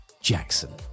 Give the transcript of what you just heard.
Jackson